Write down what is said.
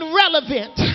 relevant